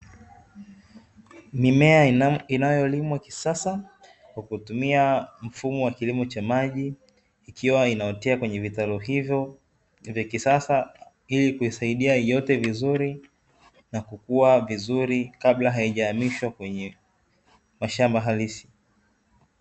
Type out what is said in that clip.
Mimea inayolimwa kisasa kwa kutumia mfumo wa kilimo cha maji, ikiwa inaotea kwenye vitalu hivyo vya kisasa ili kuisaidia iote vizuri na kukuwa vizuri kabla haijahamishwa kwenye mashamba halisi.